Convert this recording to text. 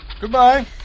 Goodbye